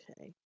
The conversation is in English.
Okay